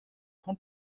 von